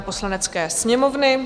Poslanecké sněmovny